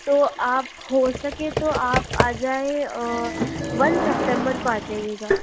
तो आप हो सके तो आप आ जाएं वन सेप्टेम्बर को आ जाइएगा